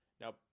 Now